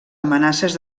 amenaces